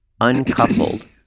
uncoupled